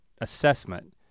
assessment